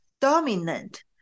dominant